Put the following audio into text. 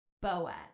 Boaz